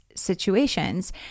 situations